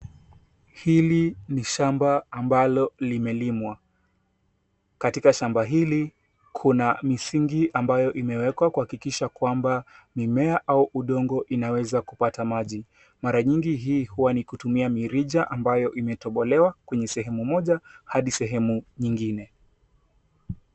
Hili ni shamba ambalo limelimwa. Katika shamba hili kuna misingi ambayo imewekwa kuhakikisha kwamba mimea au udongo inaweza kupata maji. Mara nyingi hii huwa ni kutumia mirija ambayo imetobolewa kwenye sehemu moja hadi sehemu nyingine.